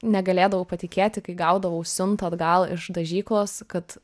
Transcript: negalėdavau patikėti kai gaudavau siuntą atgal iš dažyklos kad